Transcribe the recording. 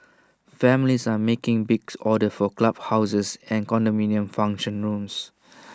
families are making big orders for club houses and condominium function rooms